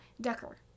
Decker